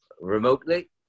remotely